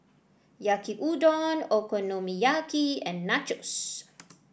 Yaki Udon Okonomiyaki and Nachos